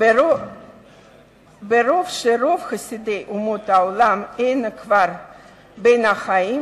ברור שרוב חסידי אומות העולם אינם בין החיים,